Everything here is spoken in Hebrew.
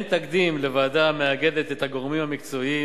אין תקדים לוועדה המאגדת את הגורמים המקצועיים